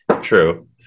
True